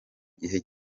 gihe